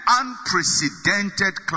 unprecedented